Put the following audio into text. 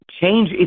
change